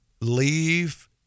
leave